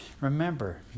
Remember